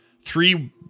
three